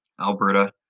Alberta